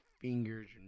fingers